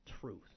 truth